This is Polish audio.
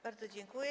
Bardzo dziękuję.